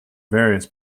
various